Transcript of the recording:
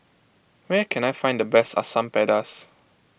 where can I find the best Asam Pedas